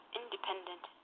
independent